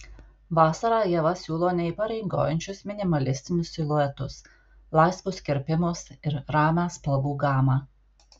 vasarą ieva siūlo neįpareigojančius minimalistinius siluetus laisvus kirpimus ir ramią spalvų gamą